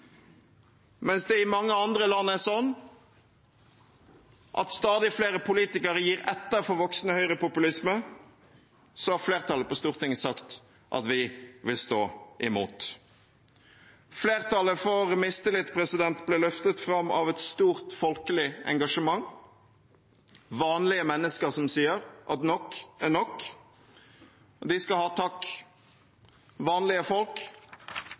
Mens det i mange andre land er slik at stadig flere politikere gir etter for en voksende høyrepopulisme, har flertallet på Stortinget sagt at vi vil stå imot. Flertallet for mistillit ble løftet fram av et stort folkelig engasjement – vanlige mennesker som sier: Nok er nok! De skal ha takk. Vanlige folk